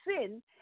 sin